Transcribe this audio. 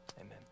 amen